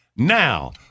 Now